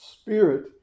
spirit